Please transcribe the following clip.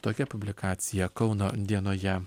tokia publikacija kauno dienoje